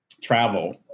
travel